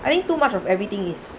I think too much of everything is